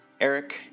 Eric